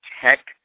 tech